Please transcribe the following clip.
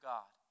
God